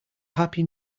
happy